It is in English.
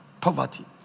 Poverty